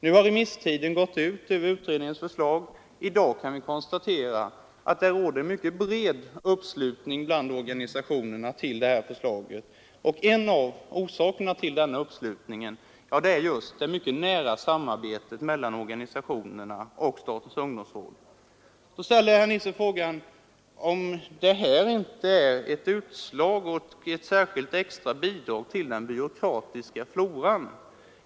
Nu har remisstiden över utredningens förslag gått ut. I dag kan vi konstatera att det råder en mycket bred uppslutning bland organisationerna kring detta förslag. En av orsakerna till uppslutningen är just det mycket nära samarbetet mellan organisationerna och statens ungdomsråd. Herr Nisser ställer nu frågan om inte detta är ett extra utslag av den byråkratiska floran.